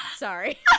Sorry